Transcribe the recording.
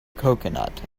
coconut